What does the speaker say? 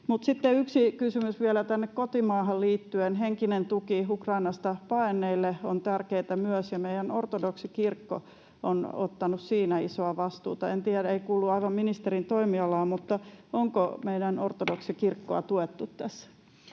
yksi kysymys vielä tänne kotimaahan liittyen. Henkinen tuki Ukrainasta paenneille on tärkeätä myös, ja meidän ortodoksikirkko on ottanut siinä isoa vastuuta. En tiedä, ei kuulu aivan ministerin toimialaan, mutta: onko meidän ortodoksikirkkoa tuettu tässä?